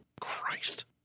Christ